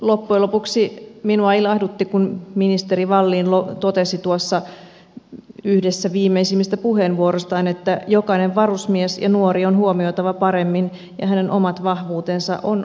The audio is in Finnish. loppujen lopuksi minua ilahdutti kun ministeri wallin totesi tuossa yhdessä viimeisimmistä puheenvuoroistaan että jokainen varusmies ja nuori on huomioitava paremmin ja hänen omat vahvuutensa on otettava huomioon